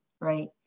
right